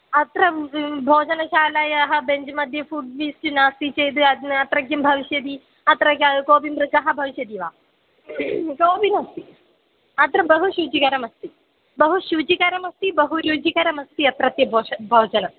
अत्र भोजनशालायाः बेञ्ज्मध्ये फ़ुड् लिस्ट् नास्ति चेद् अद् अत्र किं भविष्यति अत्र क कोऽपि मृतः भविष्यति वा कोपिनास्ति अत्र बहु शुचिकरमस्ति बहु शुचिकरमस्ति बहु रुचिकरमस्ति अत्रत्य भोजनम्